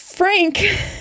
Frank